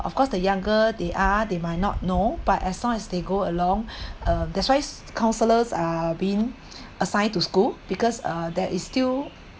of course the younger they are they might not know but as long as they go along uh that's why counsellors are being assigned to school because uh there is still